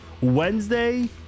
Wednesday